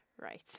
Right